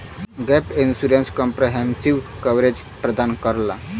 gap insurance comprehensive coverage प्रदान करला